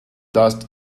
dust